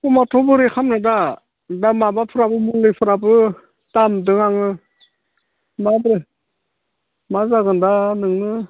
खमावथ' बोरै खालामनो दा दा माबाफोराबो बयलारफोराबो दाम दं आरो मा जागोन दा नोङो